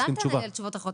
אל תענה לי תשובות אחרות,